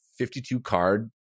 52-card